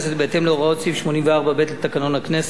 בהתאם להוראות סעיף 84(ב) לתקנון הכנסת,